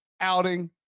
outing